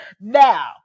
Now